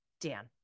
Dan